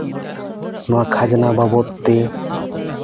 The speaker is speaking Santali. ᱱᱚᱣᱟ ᱠᱷᱟᱡᱽᱱᱟ ᱵᱟᱵᱚᱫ ᱛᱮ